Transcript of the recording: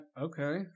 okay